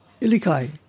Ilikai